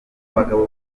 bagabo